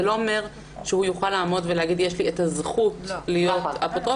זה לא אומר שהוא יוכל לעמוד ולהגיד: יש לי את הזכות להיות אפוטרופוס.